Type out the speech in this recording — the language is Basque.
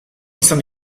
izan